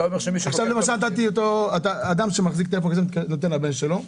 למשל אדם שמחזיק טלפון כזה נותן לבן שלו,